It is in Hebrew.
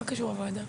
מה קשור הוועדה?